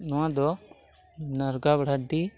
ᱱᱚᱣᱟᱫᱚ ᱱᱟᱨᱜᱟᱵᱮᱲᱟᱰᱰᱤ